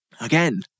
again